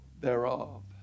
thereof